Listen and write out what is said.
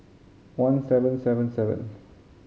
one seven seven seven